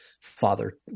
Father